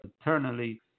eternally